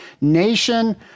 Nation